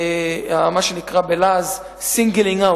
מה שנקרא בלעז singling out,